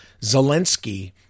Zelensky